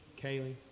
Kaylee